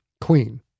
queen